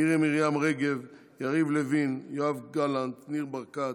מירי מרים רגב, יריב לוין, יואב גלנט, ניר ברקת,